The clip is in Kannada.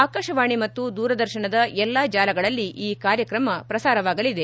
ಆಕಾಶವಾಣಿ ಮತ್ತು ದೂರದರ್ಶನದ ಎಲ್ಲ ಜಾಲಗಳಲ್ಲಿ ಈ ಕಾರ್ಯಕ್ರಮ ಪ್ರಸಾರವಾಗಲಿದೆ